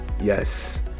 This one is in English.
yes